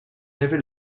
avait